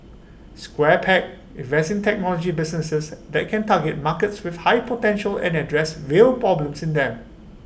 square peg invests in technology businesses that can target markets with high potential and address real problems in them